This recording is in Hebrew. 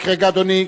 רק רגע, אדוני.